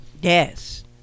Yes